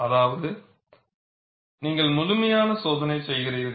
அதாவது நீங்கள் முழுமையான சோதனை செய்கிறீர்கள்